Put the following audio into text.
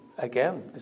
Again